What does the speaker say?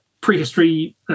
prehistory